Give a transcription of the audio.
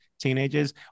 teenagers